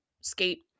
skate